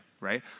right